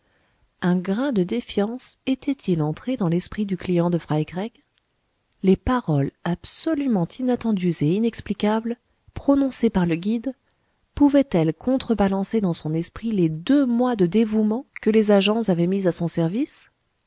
un grain de défiance était-il entré dans l'esprit du client de fry craig les paroles absolument inattendues et inexplicables prononcées par le guide pouvaient-elles contrebalancer dans son esprit les deux mois de dévouement que les agents avaient mis à son service